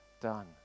done